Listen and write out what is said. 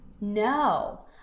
No